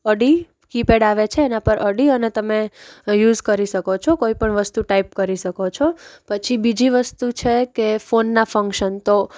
અડી કીપેડ આવે છે એનાં પર અડી અને તમે યુસ કરી શકો છો કોઈ પણ વસ્તુ ટાઇપ કરી શકો છો પછી બીજી વસ્તુ છે કે ફોનનાં ફંકશન તો